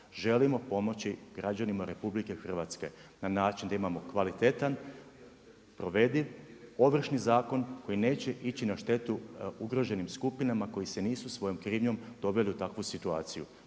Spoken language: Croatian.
želimo pomoći građanima RH na način da imamo kvalitetan, provediv Ovršni zakon koji neće ići na štetu ugroženim skupinama koji se nisu svojom krivnjom doveli u takvu situaciju.